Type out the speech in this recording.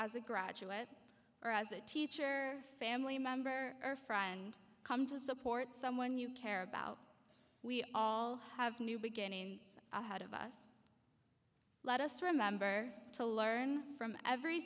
as a graduate or as a teacher family member or friend come to support someone you care about we all have new beginnings ahead of us let us remember to learn from every